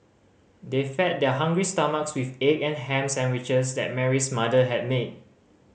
they fed their hungry stomachs with egg and ham sandwiches that Mary's mother had made